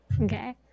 Okay